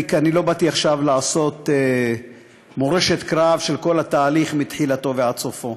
אני לא באתי עכשיו לעשות מורשת קרב של כל התהליך מתחילתו ועד סופו.